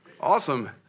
Awesome